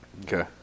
Okay